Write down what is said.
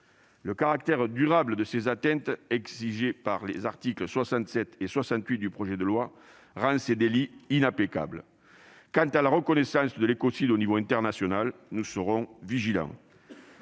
Le caractère durable de ces atteintes, exigé par les articles 67 et 68 du projet de loi, rend ces délits inapplicables. Quant à la reconnaissance de l'écocide au niveau international, nous serons vigilants.